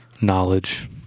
Knowledge